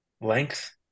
Length